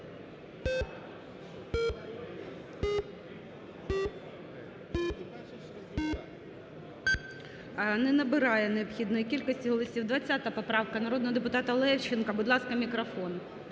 Не набирає необхідної кількості голосів. 20 поправка народного депутата Левченка. Будь ласка, мікрофон.